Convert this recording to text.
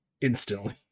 instantly